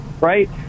right